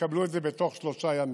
ויקבלו את זה תוך שלושה ימים.